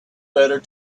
better